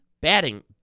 Batting